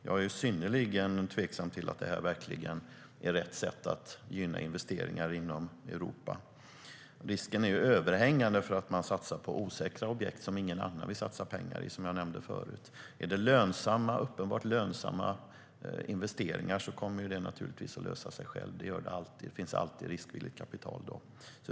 Jag är synnerligen tveksam till om detta verkligen är rätt sätt att gynna investeringar inom Europa. Risken är överhängande att man satsar på osäkra objekt som ingen annan vill satsa pengar i, som jag nämnde förut. Är det uppenbart lönsamma investeringar kommer det att lösa sig självt - det gör det alltid. Det finns alltid riskvilligt kapital då.